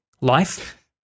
life